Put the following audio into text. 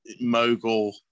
mogul